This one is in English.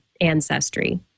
ancestry